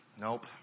Nope